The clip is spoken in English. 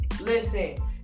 Listen